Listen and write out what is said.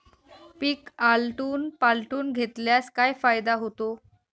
पीक आलटून पालटून घेतल्यास काय फायदा होतो?